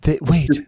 Wait